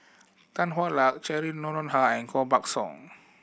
Tan Hwa Luck Cheryl Noronha and Koh Buck Song